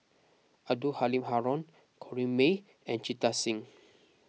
Abdul Halim Haron Corrinne May and Jita Singh